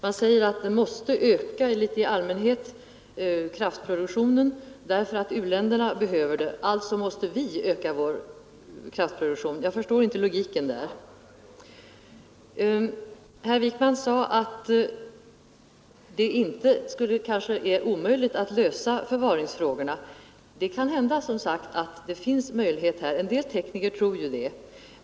Man säger att kraftproduktionen i allmänhet måste öka därför att u-länderna behöver det, alltså måste vi öka vår kraftproduktion. Jag förstår inte logiken där. Herr Wijkman sade att det kanske inte är omöjligt att lösa förvaringsfrågorna. Det kan hända att det finns möjlighet; en del tekniker tror ju det.